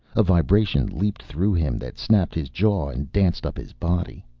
a vibration leaped through him that snapped his jaw and danced up his body.